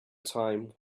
time